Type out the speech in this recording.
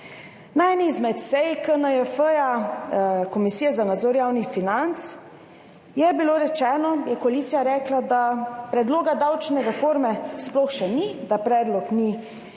Na eni izmed sej KNJF, Komisije za nadzor javnih financ, je koalicija rekla, da predloga davčne reforme sploh še ni, da predlog ni